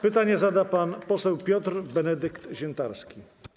Pytanie zada pan poseł Piotr Benedykt Zientarski.